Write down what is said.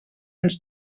ens